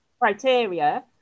criteria